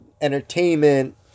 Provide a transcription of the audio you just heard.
entertainment